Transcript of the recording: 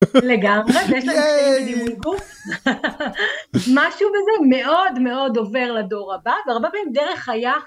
לגמרי, ויש להם קטעים לדימוי גוף. יאיי! משהו בזה מאוד מאוד עובר לדור הבא והרבה פעמים דרך חיה.